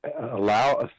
allow